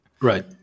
Right